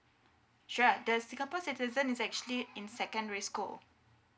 sure the singapore citizen is actually in secondary school